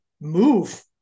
move